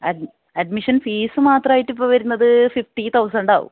admission fees മാത്രമായിട്ട് ഇപ്പോൾ വരുന്നത് ഫിഫ്റ്റി തൌസൻഡ് ആകും